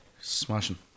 Smashing